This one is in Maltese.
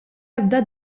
ebda